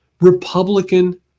Republican